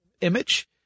image